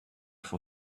for